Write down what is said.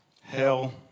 Hell